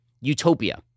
utopia